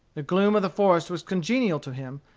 the gloom of the forest was congenial to him,